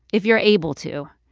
if you're able to,